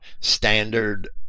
standard